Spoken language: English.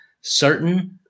certain